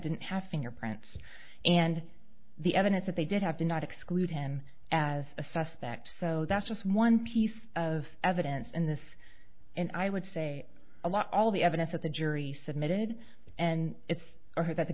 didn't have fingerprints and the evidence that they did have to not exclude him as a suspect so that's just one piece of evidence in this and i would say a lot all the evidence that the jury submitted and it's heard that the